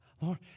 Lord